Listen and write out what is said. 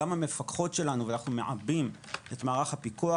גם המפקחות שלנו - אנחנו מעבים את מערך הפיקוח.